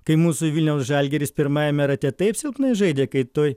kai mūsų vilniaus žalgiris pirmajame rate taip silpnai žaidė kai toj